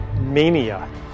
mania